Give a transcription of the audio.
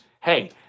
Hey